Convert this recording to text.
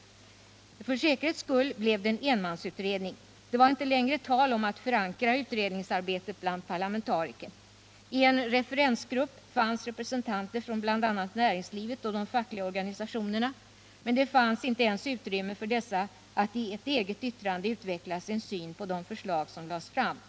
För säkerhets skull blev det en enmansutredning. Det var inte längre tal om att förankra utredningsarbetet bland parlamentariker. I en referensgrupp fanns representanter från bl.a. näringslivet och de fackliga organisationerna. Men det fanns inte ens utrymme för dessa att i eget yttrande utveckla sin syn på de förslag som lades fram.